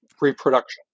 Reproduction